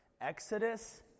exodus